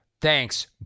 Thanks